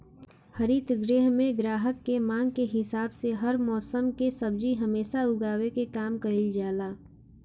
हरित गृह में ग्राहक के मांग के हिसाब से हर मौसम के सब्जी हमेशा उगावे के काम कईल जाला